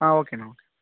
ஆ ஓகேண்ணா ஓகே